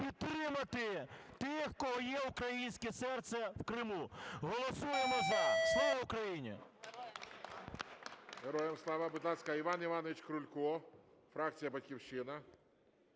підтримати тих, у кого є українське серце в Криму. Голосуємо "за". Слава Україні! ГОЛОВУЮЧИЙ. Героям слава! Будь ласка, Іван Іванович Крулько, фракція "Батьківщина".